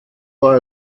war